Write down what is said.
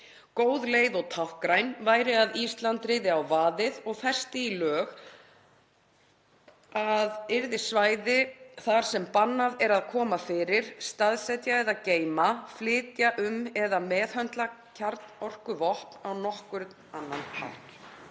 Góð leið og táknræn væri að Ísland riði á vaðið og festi í lög að það yrði svæði þar sem bannað er að koma fyrir, staðsetja, geyma, flytja eða meðhöndla kjarnorkuvopn á nokkurn hátt.